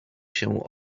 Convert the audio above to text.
się